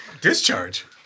Discharge